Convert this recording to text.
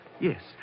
Yes